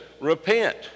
repent